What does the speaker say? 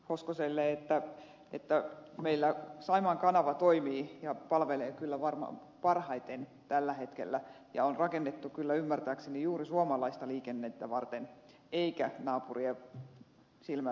hoskoselle että meillä saimaan kanava toimii ja palvelee kyllä varmaan parhaiten tällä hetkellä ja on rakennettu kyllä ymmärtääkseni juuri suomalaista liikennettä varten eikä naapuria silmällä pitäen